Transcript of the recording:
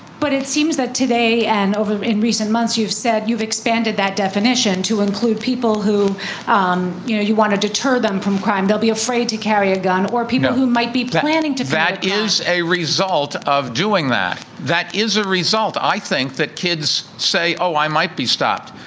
but it seems that today and in recent months, you've said you've expanded that definition to include people who um you know you want to deter them from crime. they'll be afraid to carry a gun or people who might be planning to that is a result of doing that. that is a result. i think that kids say, oh, i might be stopped,